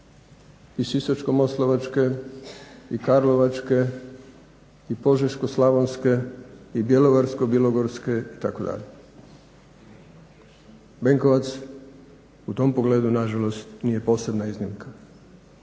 i Sisačko-moslavačke i Karlovačke i Požeško-slavonske i Bjelovarsko-bilogorske itd. Benkovac u tom pogledu na žalost nije posebna iznimka